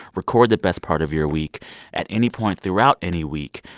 record the best part of your week at any point throughout any week.